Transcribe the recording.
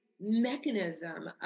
mechanism